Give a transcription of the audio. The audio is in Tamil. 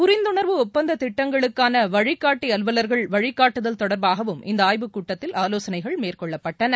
புரிந்துணர்வு ஒப்பந்த திட்டங்களுக்கான வழிகாட்டி அலுவலர்கள் வழிகாட்டுதல் தொடர்பாகவும் இந்த ஆய்வுக் கூட்டத்தில் ஆலோசனைகள் மேற்கொள்ளப்பட்டன